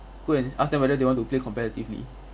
go and ask them whether they want to play competitively